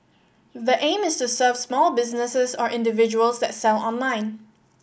the aim is to serve small businesses or individuals that sell online